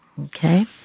Okay